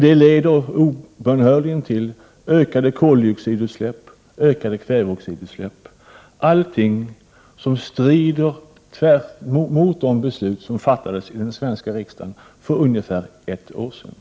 Det leder obönhörligen till ökade koldioxidutsläpp, ökade kväveoxidutsläpp — allt i strid mot de beslut som fattades i den svenska riksdagen för ungefär ett år sedan.